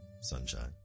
sunshine